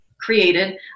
created